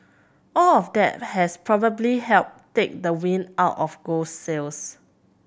all of that has probably helped take the wind out of gold's sails